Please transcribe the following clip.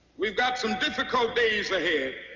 we've got some difficult days ahead.